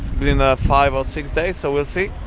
within ah five or six days so we'll see,